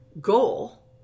goal